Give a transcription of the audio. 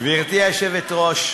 גברתי היושבת-ראש,